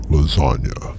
Lasagna